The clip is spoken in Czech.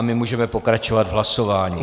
My můžeme pokračovat v hlasování.